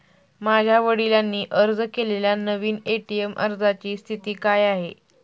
माझ्या वडिलांनी अर्ज केलेल्या नवीन ए.टी.एम अर्जाची स्थिती काय आहे?